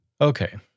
Okay